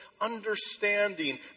understanding